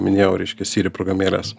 minėjau reiškia siri programėles